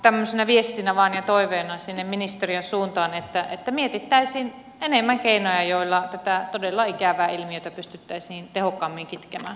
tämmöisenä viestinä vain ja toiveena sinne ministeriön suuntaan että mietittäisiin enemmän keinoja joilla tätä todella ikävää ilmiöitä pystyttäisiin tehokkaammin kitkemään